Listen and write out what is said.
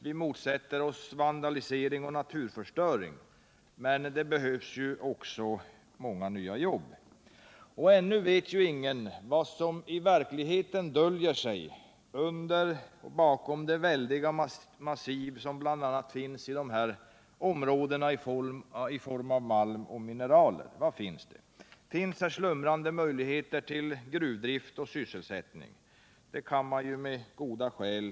Vi motsätter oss vandalisering och naturförstöring, men det behövs också många nya jobb. Ingen vet ännu vad som i verkligheten döljer sig i form av malm och mineraler bakom de väldiga massiv som bl.a. finns inom dessa områden. Vad finns där? Finns det slumrande möjligheter till gruvdrift och sysselsättning? Det kan man på goda grunder antaga.